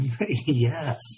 Yes